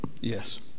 Yes